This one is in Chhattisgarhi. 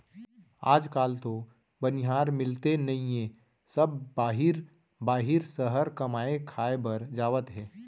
आज काल तो बनिहार मिलते नइए सब बाहिर बाहिर सहर कमाए खाए बर जावत हें